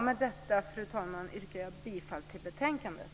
Med detta, fru talman, yrkar jag bifall till förslaget i betänkandet.